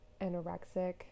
anorexic